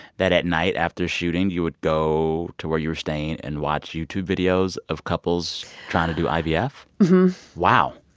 that at night, after shooting, you would go to where you staying and watch youtube videos of couples trying to do ivf? mm-hmm yeah wow